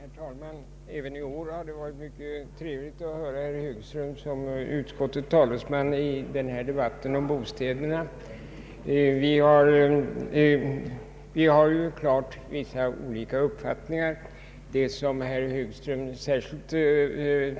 Herr talman! Även i år har det varit mycket trevligt att lyssna till herr Högström såsom utskottets talesman i debatten om bostäderna. Vi har givetvis skilda uppfattningar på vissa punkter. Herr Högström